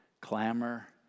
clamor